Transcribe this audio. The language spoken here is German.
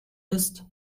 ist